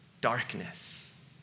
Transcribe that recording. darkness